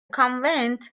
convent